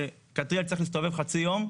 שכתריאל צריך להסתובב חצי יום.